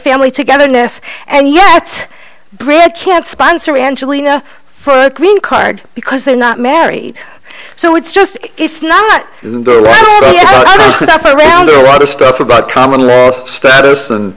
family togetherness and yet brad can't sponsor angelina for a green card because they're not married so it's just it's not a lot of stuff about common law status and